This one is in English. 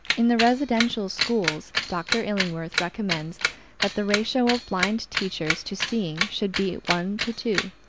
in the residential schools dr. illingworth recommends that the ratio of blind teachers to seeing should be one to two.